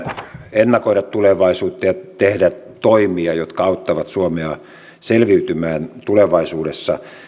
ennakoida tulevaisuutta ja tehdä toimia jotka auttavat suomea selviytymään tulevaisuudessa